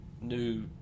new